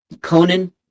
Conan